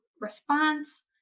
response